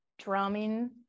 drumming